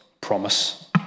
promise